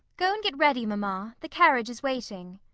go and get ready, mamma the carriage is waiting.